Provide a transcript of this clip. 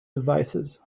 devices